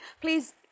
Please